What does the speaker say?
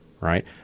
right